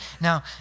Now